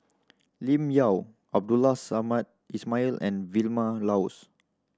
Lim Yau Abdul Samad Ismail and Vilma Laus